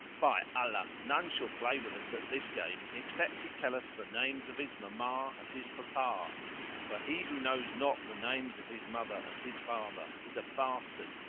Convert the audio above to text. by allah none shall play with us at this game except he tell us the names of his mamma and his papa for he who knows not the names of his mother and his father is a bastard,